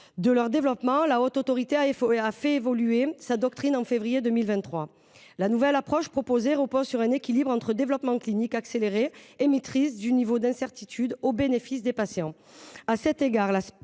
de leur développement, la HAS a fait évoluer sa doctrine en février 2023. La nouvelle approche proposée repose sur un équilibre entre développement clinique accéléré et maîtrise du niveau d’incertitudes, au bénéfice des patients.